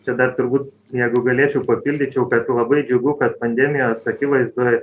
čia dar turbūt jeigu galėčiau papildyčiau kad labai džiugu kad pandemijos akivaizdoj